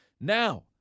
Now